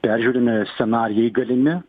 peržiūrimi scenarijai galimi